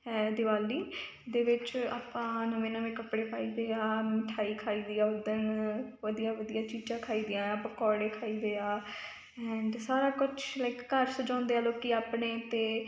ਹੈ ਦੀਵਾਲੀ ਦੇ ਵਿੱਚ ਆਪਾਂ ਨਵੇਂ ਨਵੇਂ ਕੱਪੜੇ ਪਾਈਦੇ ਆ ਮਿਠਾਈ ਖਾਈ ਦੀ ਆ ਉਸ ਦਿਨ ਵਧੀਆ ਵਧੀਆ ਚੀਜ਼ਾਂ ਖਾਈ ਦੀਆਂ ਪਕੌੜੇ ਖਾਈਦੇ ਆ ਐਂਡ ਸਾਰਾ ਕੁਛ ਲਾਈਕ ਘਰ ਸਜਾਉਂਦੇ ਆ ਲੋਕ ਆਪਣੇ ਅਤੇ